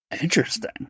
Interesting